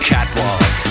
Catwalk